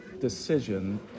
decision